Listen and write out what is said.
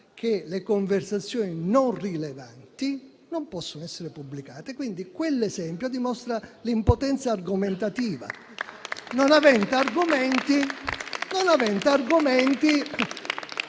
che le conversazioni non rilevanti non possono essere pubblicate, quindi quell'esempio dimostra l'impotenza argomentativa. La stessa mancanza di argomenti